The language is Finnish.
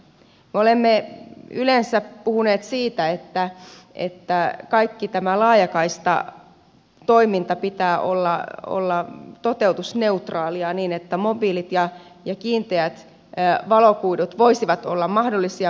olemme yleensä puhuneet siitä että kaiken tämän laajakaistatoiminnan pitää olla toteutusneutraalia niin että mobiilit ja kiinteät valokuidut voisivat olla mahdollisia